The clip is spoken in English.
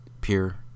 pure